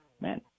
man